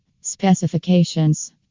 Specifications